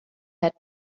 had